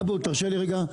אבו תרשה לי רגע.